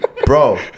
bro